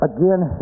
Again